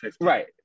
right